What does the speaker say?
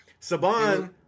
saban